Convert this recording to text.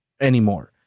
anymore